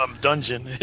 dungeon